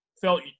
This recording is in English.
Felt